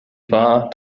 war